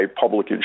public